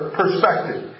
perspective